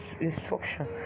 instruction